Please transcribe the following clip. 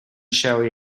shelly